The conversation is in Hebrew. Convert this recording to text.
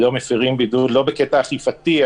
זה לא נעשה בקטע אכיפתי,